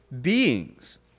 beings